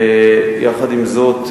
יחד עם זאת,